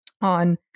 on